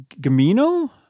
Gamino